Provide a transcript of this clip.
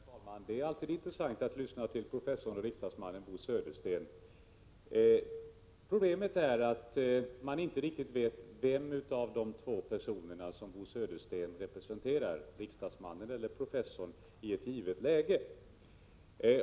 Herr talman! Det är alltid intressant att lyssna till professorn och riksdagsmannen Bo Södersten. Problemet är att man inte riktigt vet vem av de två personerna som Bo Södersten representerar, riksdagsmannen eller professorn, i ett givet läge.